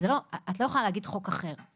את לא יכולה להגיד חוק אחר,